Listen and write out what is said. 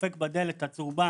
דופק בדלת הצהובה,